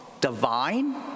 divine